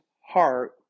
heart